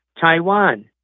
Taiwan